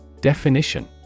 Definition